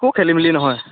একো খেলিমেলি নহয়